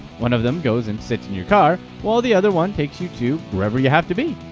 one of them goes and sits in your car, while the other one takes you to wherever you have to be.